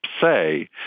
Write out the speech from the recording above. say